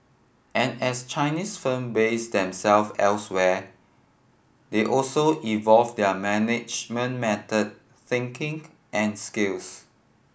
and as Chinese firm base themselves elsewhere they also evolve their management methods thinking and skills